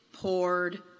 poured